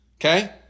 Okay